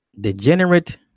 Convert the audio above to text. Degenerate